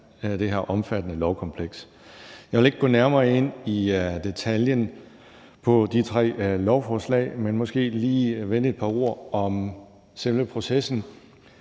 det her omfattende lovkompleks. Jeg vil ikke gå nærmere ind i detaljer i de tre lovforslag, men måske lige sige et par ord om selve processen,